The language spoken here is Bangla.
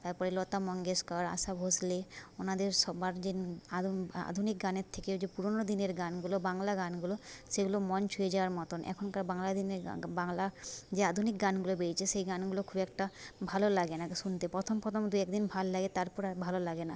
তার পরে লতা মঙ্গেশকর আশা ভোঁসলে ওনাদের সবার যে আধুনিক গানের থেকেও যে পুরনো দিনের গানগুলো বাংলা গানগুলো সেগুলো মন ছুঁয়ে যাওয়ার মতন এখনকার বাংলা দিনের বাংলা যে আধুনিক গানগুলো বেরিয়েছে সেই গানগুলো খুব একটা ভালো লাগে না শুনতে প্রথম প্রথম দু এক দিন ভালো লাগে তার পরে আর ভালো লাগে না